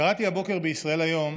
קראתי הבוקר בישראל היום